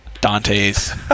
Dante's